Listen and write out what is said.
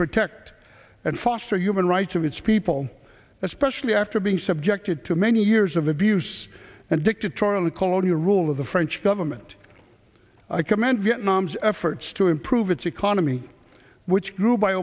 protect and foster human rights of its people especially after being subjected to many years of abuse and dictatorial colonial rule of the french government i commend vietnam's effort to improve its economy which grew by